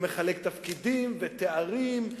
ומחלק תפקידים ותארים.